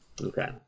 Okay